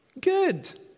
Good